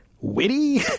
witty